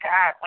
God